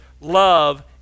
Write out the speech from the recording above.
love